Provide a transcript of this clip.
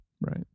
Right